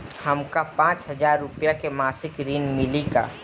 हमका पांच हज़ार रूपया के मासिक ऋण मिली का?